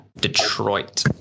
Detroit